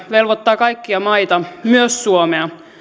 velvoittaa kaikkia maita myös suomea